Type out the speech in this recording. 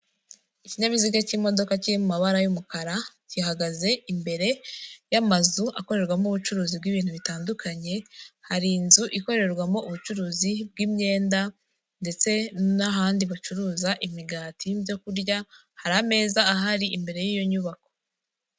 Ikinyabiziga k'imodoka kiri mabara y'umukara, gihagaze imbere y'amazu akorerwamo ubucuruzi bw'ibintu bitandukanye, hari inzu ikorerwamo ubucuruzi bw'imyenda, ndetse n'ahandi bacuruza imigati n'ibyo kurya, hari ameza ahari imbere y'iyo nyubako.